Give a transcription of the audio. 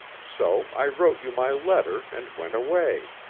so i wrote you my letter and went away.